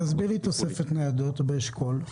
תסביר לי על תוספת ניידות באשכול.